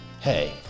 hey